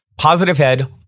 POSITIVEHEAD